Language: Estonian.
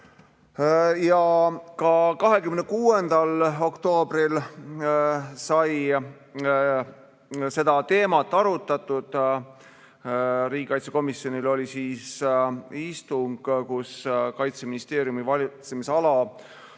Ka 26. oktoobril sai seda teemat arutatud. Riigikaitsekomisjonil oli istung, kus Kaitseministeeriumi valitsemisala